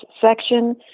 section